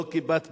לא "כיפת ברזל"